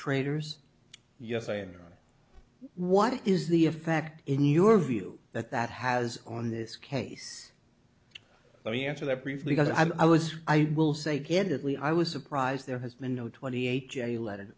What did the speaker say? traders yes i mean what is the effect in your view that that has on this case let me answer that briefly because i was i will say candidly i was surprised there has been no twenty eight jail letter